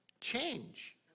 change